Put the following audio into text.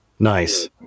Nice